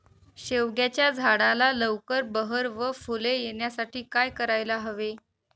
शेवग्याच्या झाडाला लवकर बहर व फूले येण्यासाठी काय करायला हवे?